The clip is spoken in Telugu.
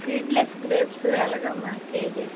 సీడ్లెస్ గ్రేప్స్ ఎలాగమ్మ కేజీ